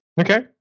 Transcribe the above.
Okay